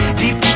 deep